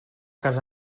casa